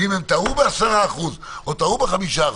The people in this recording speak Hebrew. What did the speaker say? ואם הם טעו ב-10% או טעו ב-5%,